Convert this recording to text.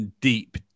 deep